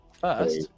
First